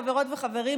חברות וחברים,